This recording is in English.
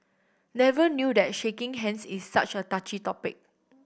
never knew that shaking hands is such a touchy topic